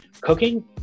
cooking